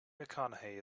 mcconaughey